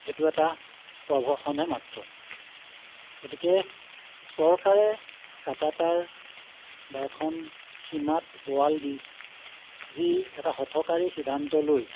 এইটো এটা প্ৰৱসনহে মাত্ৰ গতিকে চৰকাৰে কাঁটা তাঁৰ বা এখন সীমাত ৱাল দি যি এটা হঠকাৰী সিদ্ধান্ত লৈ